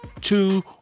two